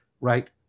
right